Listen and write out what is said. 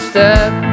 step